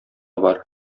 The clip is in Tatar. бар